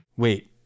Wait